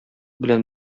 белән